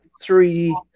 three